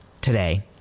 today